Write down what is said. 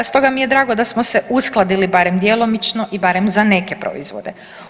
Stoga mi je drago da smo se uskladili barem djelomično i barem za neke proizvode.